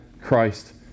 Christ